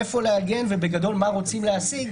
איפה לעגן ובגדול מה רוצים להשיג,